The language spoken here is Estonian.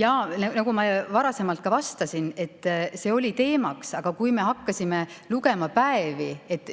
Jaa, nagu ma varasemalt ka vastasin, see oli teemaks. Aga kui me hakkasime lugema päevi,